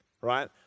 right